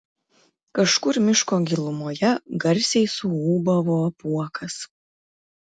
kažkur miško gilumoje garsiai suūbavo apuokas